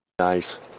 Nice